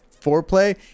foreplay